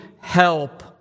help